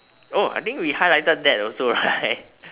oh I think we highlighted that also right